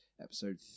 episode